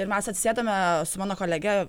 ir mes atsisėdome su mano kolege